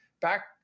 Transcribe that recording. back